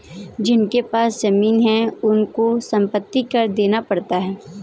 जिनके पास जमीने हैं उनको संपत्ति कर देना पड़ता है